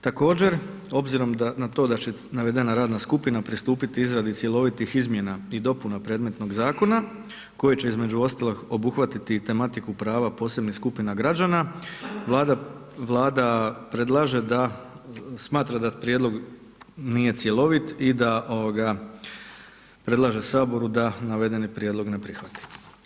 Također obzirom na to da će navedena radna skupina pristupiti izradi cjelovitih izmjena i dopuna predmetnog zakona koje će između ostalog obuhvatiti i tematiku prava posebnih skupina građana Vlada predlaže da, smatra da prijedlog nije cjelovit i da predlaže Saboru da navedeni prijedlog ne prihvati.